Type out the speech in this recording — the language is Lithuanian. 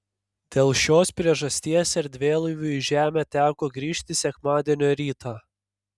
dėl šios priežasties erdvėlaiviui į žemę teko grįžti sekmadienio rytą